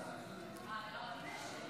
חבר הכנסת איימן עודה,